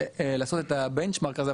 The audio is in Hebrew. לעשות את הבנצ'מארק הזה,